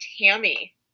Tammy